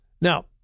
Now